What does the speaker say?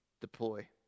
deploy